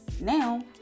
Now